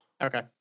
Okay